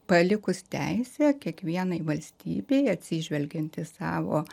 palikus teisę kiekvienai valstybei atsižvelgiant į savo